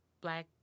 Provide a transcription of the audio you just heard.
black